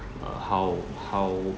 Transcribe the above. uh how how